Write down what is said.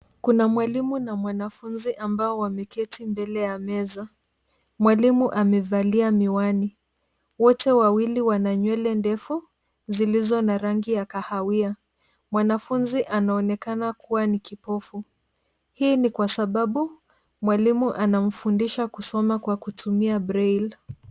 Kuna mwalimu na mwanafunzi ambao wameketi mbele ya meza. Mwalimu amevalia miwani, wote wawili wana nywele ndefu zilizo na rangi ya kahawia. Mwanafunzi anaonekana kuwa ni kipofu. Hii ni kwa sababu mwalimu anamfundisha kusoma kwa kutumia braille .